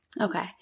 Okay